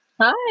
Hi